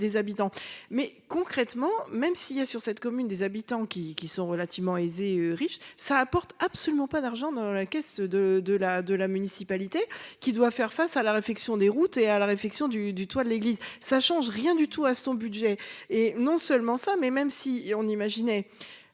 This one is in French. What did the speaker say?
Mais concrètement, même s'il y a sur cette commune des habitants qui qui sont relativement aisée riche ça apporte absolument pas d'argent dans la caisse de de la de la municipalité qui doit faire face à la réfection des routes et à la réfection du du toit de l'église ça change rien du tout à son budget et non seulement ça mais même si on imaginait.